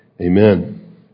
Amen